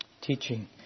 teaching